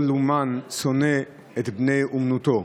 כל אומן שונא את בני אומנותו.